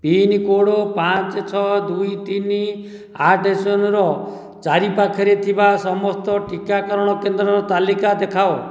pincode ପାଞ୍ଚ ଛଅ ଦୁଇ ତିନି ଆଠ ଶୂନର ଚାରିପାଖରେ ଥିବା ସମସ୍ତ ଟିକାକରଣ କେନ୍ଦ୍ରର ତାଲିକା ଦେଖାଅ